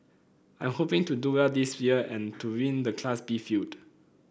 I'm hoping to do well this year and to win the Class B field